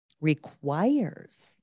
requires